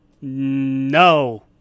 No